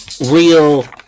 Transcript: real